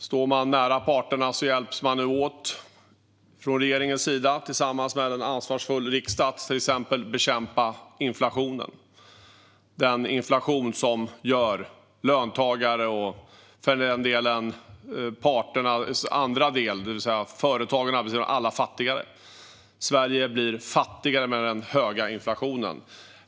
Står man nära parterna hjälps regeringen och en ansvarsfull riksdag åt med att till exempel bekämpa inflationen - den inflation som gör löntagare och parternas andra del, det vill säga företagen och arbetsgivarna, fattigare. Sverige blir fattigare med den höga inflationen.